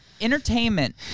Entertainment